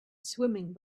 swimming